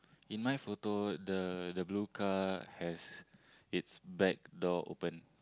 in my photo the the blue car has it's back door open